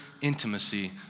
intimacy